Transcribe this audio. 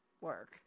work